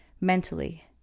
mentally